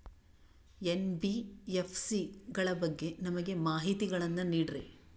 NBFC ಗಳ ಬಗ್ಗೆ ನಮಗೆ ಮಾಹಿತಿಗಳನ್ನ ನೀಡ್ರಿ?